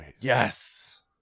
yes